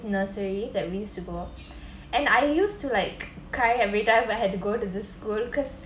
nursery that we used to go and I used to like cry every time when I had to go to the school cause